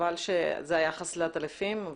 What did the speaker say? חבל שזה היחס לעטלפים,